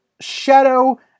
Shadow